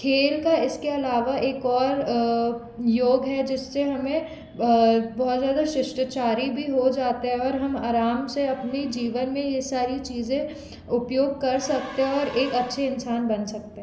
खेल का इसके अलावा एक और योग है जिससे हमें बहुत ज़्यादा शिष्टाचारी भी हो जाते हैं और हम आराम से अपने जीवन में यह सारी चीज़े उपयोग कर सकते हैं और एक अच्छे इंसान बन सकते हैं